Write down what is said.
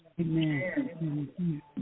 Amen